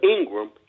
Ingram